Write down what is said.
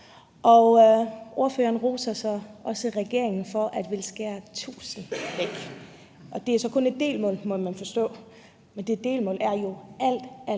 ordføreren regeringen for at ville skære 1.000 ansatte væk. Det er så kun et delmål, må man forstå, men det delmål er jo alt, alt